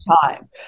time